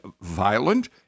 violent